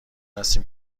هستیم